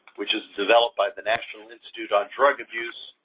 which is developed by the national institute on drug abuse.